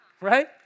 right